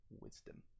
wisdom